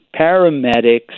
paramedics